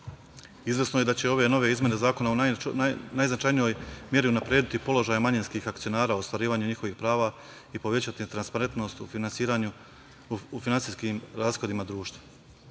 Izvesno je da će ove nove izmene Zakona u najznačajnijoj meri unaprediti položaj manjinskih akcionara u ostvarivanju njihovih prava i povećati transparentnost u finansijskim rashodima društva. Postoji